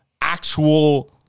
actual